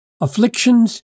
afflictions